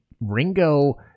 Ringo